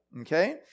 Okay